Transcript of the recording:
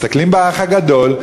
מסתכלים ב"אח הגדול",